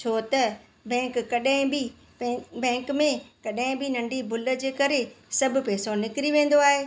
छो त बैंक कॾहिं बि बैंक में कॾहिं बि नंढी भुल जे करे सभ पेसो निकिरी वेंदो आहे